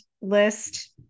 list